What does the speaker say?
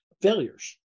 failures